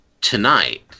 tonight